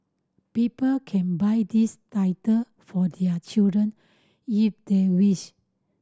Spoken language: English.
people can buy these title for their children if they wish